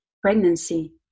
pregnancy